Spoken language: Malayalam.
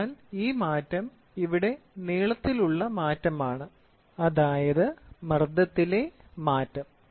അതിനാൽ ഈ മാറ്റം ഇവിടെ നീളത്തിലുള്ള മാറ്റമാണ് അതായത് മർദ്ദത്തിലെ മാറ്റം